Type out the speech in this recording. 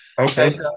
Okay